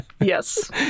Yes